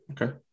Okay